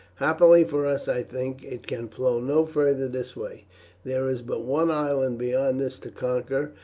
happily for us, i think, it can flow no farther this way there is but one island beyond this to conquer,